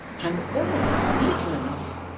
and all little enough